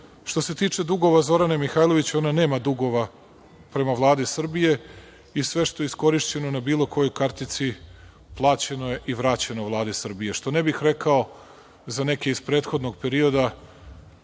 se tiče dugova Zorane Mihajlović, ona nema dugova prema Vladi Srbije i sve što je iskorišćeno na bilo kojoj kartici plaćeno je i vraćeno je Vladi Srbije, što ne bih rekao za neke iz prethodnog perioda